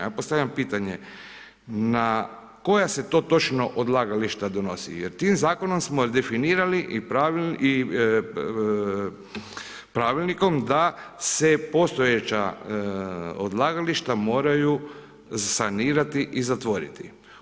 Ja postavljam na koja se to točno odlagališta donosi jer tim zakonom smo definirali i pravilnikom da se postojeća odlagališta moraju sanirati i zatvoriti.